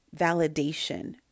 validation